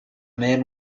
man